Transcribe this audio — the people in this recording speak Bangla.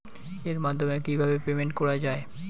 এর মাধ্যমে কিভাবে পেমেন্ট করা য়ায়?